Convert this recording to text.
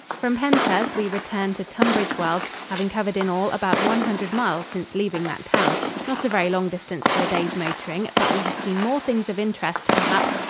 from penshurst we returned to tunbridge wells, having covered in all about one hundred miles since leaving that town not a very long distance for a day's motoring, but we had seen more things of interest, perhaps,